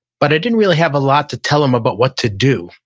but i didn't really have a lot to tell them about what to do.